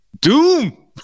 Doom